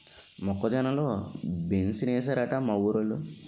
మొక్క జొన్న లో బెంసేనేశారట మా ఊరోలు